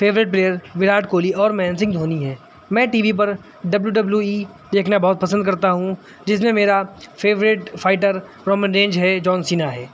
favourite player Virat Kohli اور مہیندر سنگھ دھونی ہے میں ٹی وی پر ڈبلو ڈبلو ای دیکھنا بہت پسند کرتا ہوں جس میں میرا فیوریٹ فائٹر رومن رینس ہے جون سینا ہے